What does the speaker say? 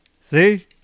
See